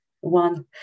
One